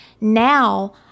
now